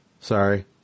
sorry